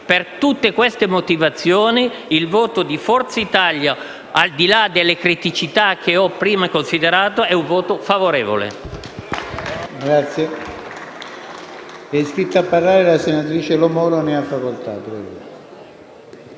Per tutte queste motivazioni, il voto di Forza Italia, al di là delle criticità che ho poc'anzi evidenziato, sarà un voto favorevole.